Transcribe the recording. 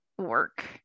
work